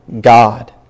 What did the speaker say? God